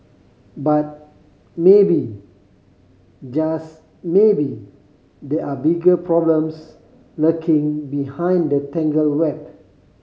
but maybe just maybe there are bigger problems lurking behind the tangled web